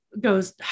goes